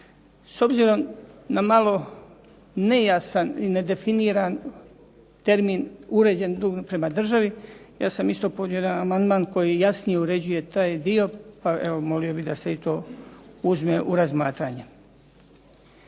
S obzirom na malo nejasan i nedefiniran termin "uređen dug prema državi" ja sam isto podnio jedan amandman koji jasnije uređuje taj dio pa evo molio bih da se i to uzme u razmatranje.